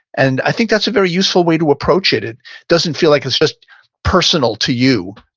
and i think that's a very useful way to approach it. it doesn't feel like it's just personal to you,